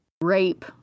rape